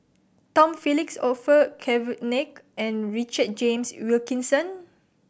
Tom Phillips Orfeur Cavenagh and Richard James Wilkinson